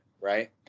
right